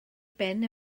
ben